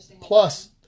Plus